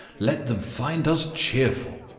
let them find us cheerful.